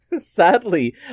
sadly